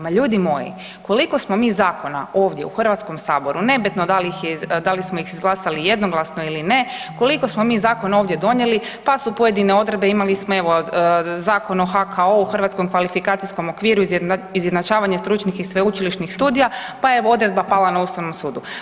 Ma ljudi moji koliko smo mi zakona ovdje u HS-u nebitno da li smo ih izglasali jednoglasno ili ne koliko smo mi zakona ovdje donijeli pa su pojedine odredbe, imali smo evo i Zakon o HKO-u Hrvatskom kvalifikacijskom okviru izjednačavanje stručnih i sveučilišnih studija pa je evo odredba pala na Ustavnom sudu.